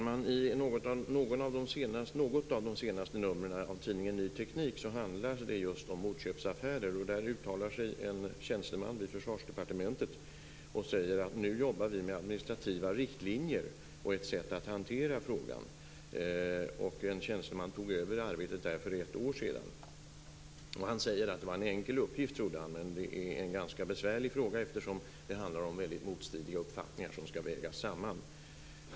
Fru talman! I något av de senaste numren av tidningen Ny Teknik finns frågan om motköpsaffärer med. Där uttalar sig en tjänsteman från Försvarsdepartementet. Han hävdar att man där jobbar med administrativa riktlinjer för att hantera frågan. En tjänsteman på departementet tog över arbetet för ett år sedan. Han trodde att det skulle vara en enkel uppgift, men det är en besvärlig fråga eftersom motstridiga uppfattningar skall vägas samman.